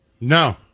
No